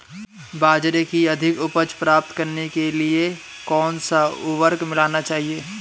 बाजरे की अधिक उपज प्राप्त करने के लिए कौनसा उर्वरक मिलाना चाहिए?